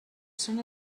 són